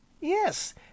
Yes